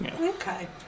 Okay